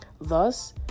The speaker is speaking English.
Thus